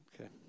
Okay